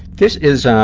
this is,